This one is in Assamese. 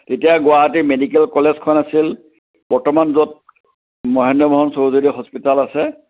তেতিয়া গুৱাহাটী মেডিকেল কলেজখন আছিল বৰ্তমান য'ত মহেন্দ্ৰ মোহন চৌধুৰী হস্পিতাল আছে